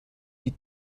die